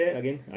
again